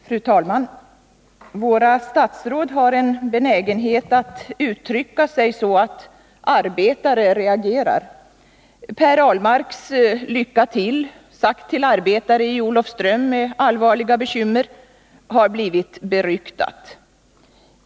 Fru talman! Våra statsråd har en benägenhet att uttrycka sig så att arbetare reagerar. Per Ahlmarks ”Lycka till” — sagt till arbetare i Olofström med allvarliga bekymmer — har blivit beryktat.